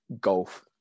golf